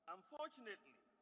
Unfortunately